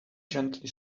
gently